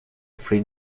three